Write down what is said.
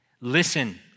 Listen